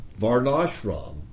Varnashram